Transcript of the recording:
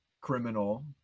criminal